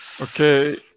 Okay